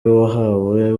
wahawe